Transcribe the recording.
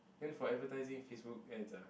then for advertising Facebook ads ah